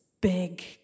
big